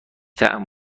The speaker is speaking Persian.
طعم